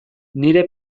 nire